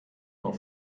nur